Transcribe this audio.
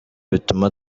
bituma